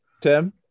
Tim